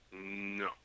No